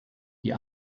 die